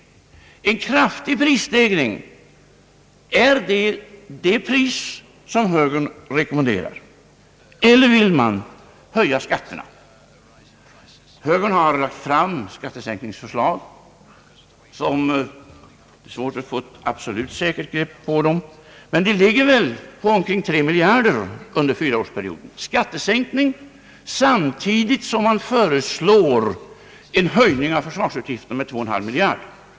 En kraftig prisstegring, är det det pris som högern rekommenderar? Eller vill man höja skatterna? Högern har lagt fram skattesänkningsförslag som det är svårt att få ett absolut säkert grepp på, men de ligger väl på omkring tre miljarder kronor under fyraårsperioden. Skattesänkning samtidigt som man föreslår en höjning av försvarsutgifterna med två och en halv miljard!